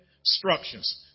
instructions